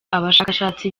abashakashatsi